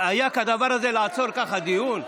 היה כדבר הזה לעצור ככה דיון?